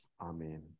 Amen